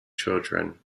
children